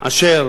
אשר